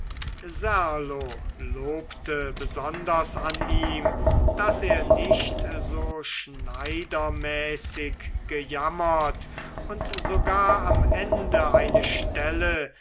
lobte besonders an ihm daß er nicht so schneidermäßig gejammert und sogar am ende eine stelle